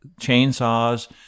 chainsaws